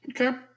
Okay